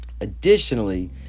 Additionally